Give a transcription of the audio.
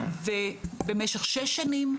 ובמשך שש שנים,